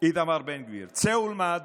איתמר בן גביר, צא ולמד